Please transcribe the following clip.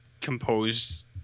composed